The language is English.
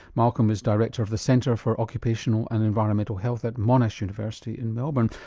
malcolm is director of the centre for occupational and environmental health at monash university in melbourne.